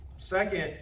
Second